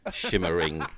shimmering